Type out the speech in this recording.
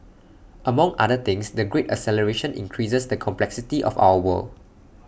among other things the great acceleration increases the complexity of our world